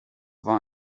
war